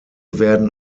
werden